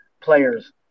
players